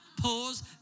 Pause